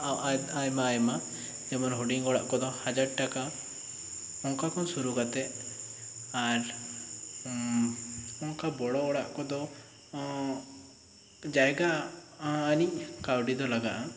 ᱟᱭᱢᱟ ᱟᱭᱢᱟ ᱡᱮᱢᱚᱱ ᱦᱩᱰᱤᱝ ᱚᱲᱟᱜ ᱠᱚᱫᱚ ᱦᱟᱡᱟᱨ ᱴᱟᱠᱟ ᱚᱱᱠᱟ ᱠᱷᱚᱱ ᱥᱩᱨᱩ ᱠᱟᱛᱮ ᱟᱨ ᱚᱱᱠᱟ ᱵᱚᱰᱚ ᱚᱲᱟᱜ ᱠᱚ ᱫᱚ ᱡᱟᱭᱜᱟ ᱟᱹᱱᱤᱡ ᱠᱟᱹᱣᱲᱤ ᱞᱟᱜᱟᱜᱼᱟ